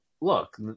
look